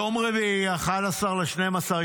יום רביעי 11 בדצמבר,